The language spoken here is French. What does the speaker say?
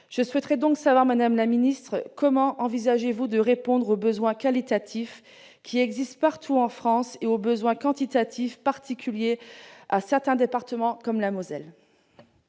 de rattrapage. Madame la ministre, comment envisagez-vous de répondre aux besoins qualitatifs qui existent partout en France et aux besoins quantitatifs propres à certains départements comme la Moselle ?